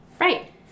Right